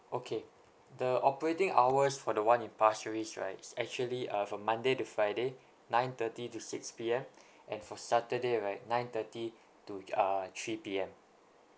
okay the operating hours for the one in pasir ris right is actually uh from monday to friday nine thirty to six P_M and for saturday right nine thirty to y~ uh three P_M